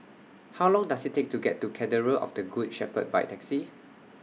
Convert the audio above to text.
How Long Does IT Take to get to Cathedral of The Good Shepherd By Taxi